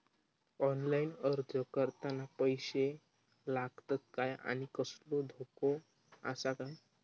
Online अर्ज करताना पैशे लागतत काय आनी कसलो धोको आसा काय?